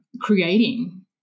creating